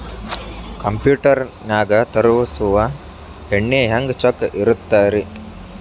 Computer ನಾಗ ತರುಸುವ ಎಣ್ಣಿ ಹೆಂಗ್ ಚೊಕ್ಕ ಇರತ್ತ ರಿ?